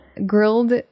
Grilled